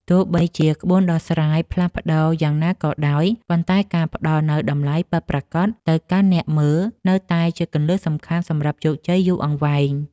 ទោះបីជាក្បួនដោះស្រាយផ្លាស់ប្តូរយ៉ាងណាក៏ដោយ ប៉ុន្តែការផ្ដល់នូវតម្លៃពិតប្រាកដទៅកាន់អ្នកមើល នៅតែជាគន្លឹះសំខាន់សម្រាប់ជោគជ័យយូរអង្វែង។